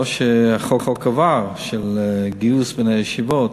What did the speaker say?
לא שהחוק עבר, של גיוס בני הישיבות,